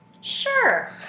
Sure